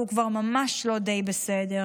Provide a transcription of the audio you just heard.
והוא כבר ממש לא די בסדר.